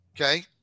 okay